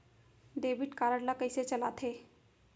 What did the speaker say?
Debit card ला कइसे चलाते?